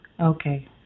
Okay